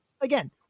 again